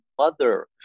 mother